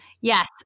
Yes